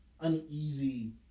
uneasy